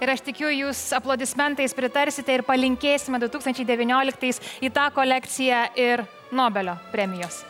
ir aš tikiu jūs aplodismentais pritarsite ir palinkėsime du tūkstančiai devynioliktais į tą kolekciją ir nobelio premijos